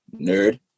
Nerd